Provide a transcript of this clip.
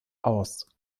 aus